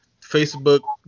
Facebook